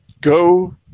go